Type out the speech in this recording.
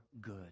good